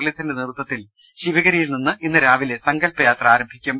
ളീധരന്റെ നേതൃത്വത്തിൽ ശിവഗിരിയിൽ നിന്ന് ഇന്നുരാവിലെ സങ്കല്പയാത്ര ആരംഭിക്കും